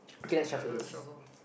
let let's shuffle